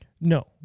No